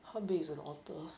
how big is an otter